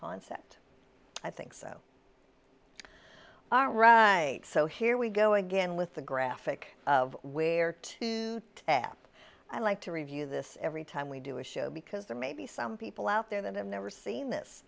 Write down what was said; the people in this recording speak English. concept i think so so here we go again with the graphic of where to tap i like to review this every time we do a show because there may be some people out there that have never seen this